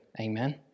Amen